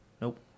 Nope